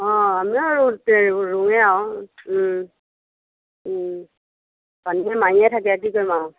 অ আমিও ৰুওঁতে ৰুওঁৱেই আৰু পানীয়ে মাৰিয়ে থাকে কি কৰিম আৰু